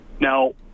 Now